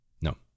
No